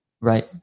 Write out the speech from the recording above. Right